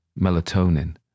Melatonin